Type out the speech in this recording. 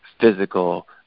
physical